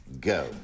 go